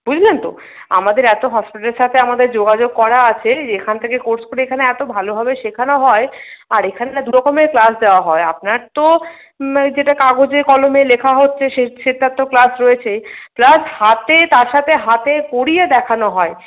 বুঝলেন তো আমাদের এত হসপিটালের সাথে আমাদের যোগাযোগ করা আছে যে এখান থেকে কোর্স করে এখানে এত ভালোভাবে শেখানো হয় আর এখানে দুরকমের ক্লাস দেওয়া হয় আপনার তো মানে যেটা কাগজে কলমে লেখা হচ্ছে সে সেটার তো ক্লাস রয়েছেই প্লাস হাতে তার সাথে হাতে করিয়ে দেখানো হয়